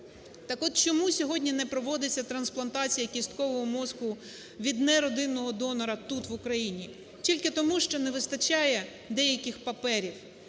Так от… Чому сьогодні не проводиться трансплантація кісткового мозку від неродинного донора тут в Україні? Тільки тому, що не вистачає деяких паперів.